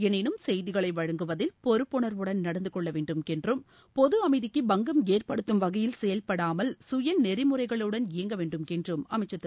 எனினும் செய்திகளை வழங்குவதில் பொறுப்புணர்வுடன் நடந்து கொள்ள வேண்டும் என்றும் பொது அமைதிக்கு பங்கம் ஏற்படுத்தும் வகையில் செயல்படாமல் சுய நெறிமுறைகளுடன் இயங்கவேண்டும் என்றும் அமைச்சர் திரு